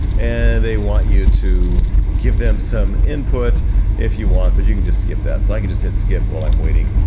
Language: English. and they want you to give them some input if you want but you can just skip that, so i can just hit skip while i'm waiting,